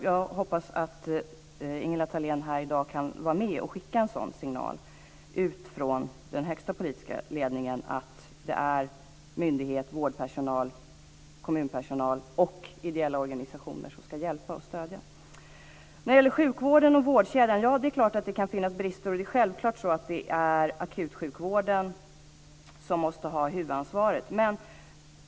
Jag hoppas att Ingela Thalén här i dag kan vara med på att skicka en signal ut från den högsta politiska ledningen om att det är myndighet, vårdpersonal, kommunpersonal och ideella organisationer som ska hjälpa och stödja. När det gäller sjukvården och vårdkedjan - ja, det är klart att det kan finnas brister, och det är självklart att det är akutsjukvården som måste ha huvudansvaret.